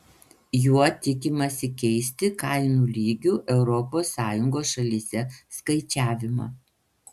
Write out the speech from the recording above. juo tikimasi keisti kainų lygių europos sąjungos šalyse skaičiavimą